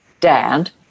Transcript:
dad